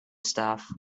stuff